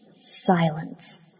Silence